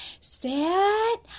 set